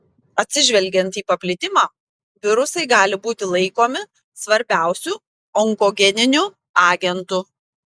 atsižvelgiant į paplitimą virusai gali būti laikomi svarbiausiu onkogeniniu agentu